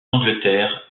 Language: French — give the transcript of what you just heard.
angleterre